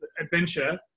adventure